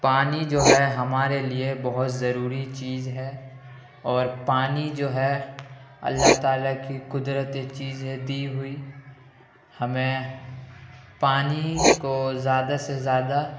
پانی جو ہے ہمارے لیے بہت ضروری چیز ہے اور پانی جو ہے اللہ تعالی کی قدرتی چیز ہے دی ہوئی ہمیں پانی کو زیادہ سے زیادہ